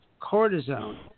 cortisone